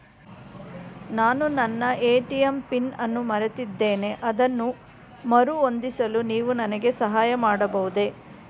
ನಾನು ನನ್ನ ATM PIN ಅನ್ನು ಮರೆತಿದ್ದೇನೆ ಅದನ್ನು ಮರುಹೊಂದಿಸಲು ನೀವು ನನಗೆ ಸಹಾಯ ಮಾಡಬಹುದೇ?